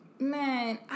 Man